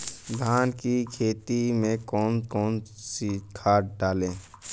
धान की खेती में कौन कौन सी खाद डालें?